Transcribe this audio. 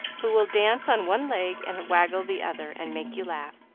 who will dance on one leg and waggle the other, and make you laugh.